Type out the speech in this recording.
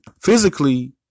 Physically